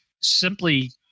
Simply